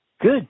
Good